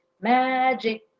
Magic